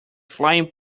frying